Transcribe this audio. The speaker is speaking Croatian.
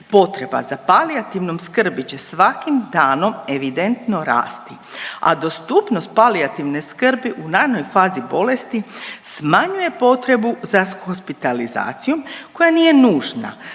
Potreba za palijativnom skrbi će svakim danom evidentno rasti, a dostupnost palijativne skrbi u ranoj fazi bolesti smanjuje potrebu za hospitalizacijom koja nije nužna.